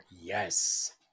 Yes